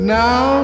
now